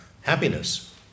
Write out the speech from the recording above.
happiness